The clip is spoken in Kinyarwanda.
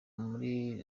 muri